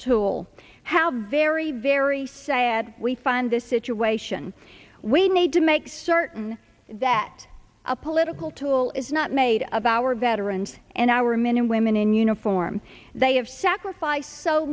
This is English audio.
tool how very very sad we find this situation we need to make certain that a political tool is not made of our veterans and our men and women in uniform they have sacrificed so